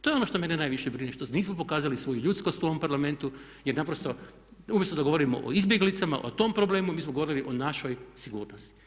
To je ono što mene najviše brine, što nismo pokazali svoju ljudskost u ovom Parlamentu jer naprosto umjesto da govorimo o izbjeglicama, o tom problemu mi smo govorili o našoj sigurnosti.